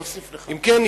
אם כן,